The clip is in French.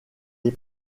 les